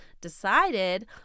decided